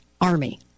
Army